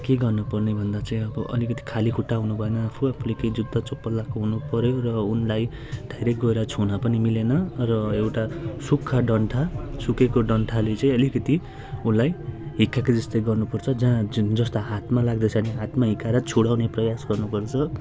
के गर्नुपर्ने भन्दा चाहिँ अब अलिकति खाली खुट्टा आउनु भएन आफू आफूले केही जुत्ता चप्पल लाएको हुनुपऱ्यो र उनलाई डाइरेक्ट गएर छुन पनि मिलेन र एउटा सुख्खा डन्ठा सुकेको डन्ठाले चाहिँ अलिकति उसलाई हिर्काएको जस्तै गर्नुपर्छ जहाँ ज जसलाई हातमा लाग्दैछ भने हातमा हिर्काएर छोडाउने प्रयास गर्नुपर्छ